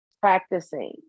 practicing